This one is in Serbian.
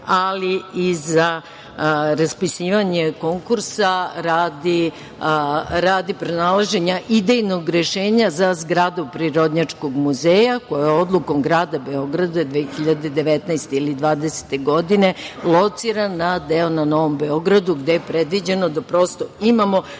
ali i za raspisivanje konkursa radi pronalaženja idejnog rešenja za zgradu Prirodnjačkog muzeja koja je odlukom grada Beograda 2019. ili 2020. godine lociran na deo na Novom Beogradu gde je predviđeno da prosto imamo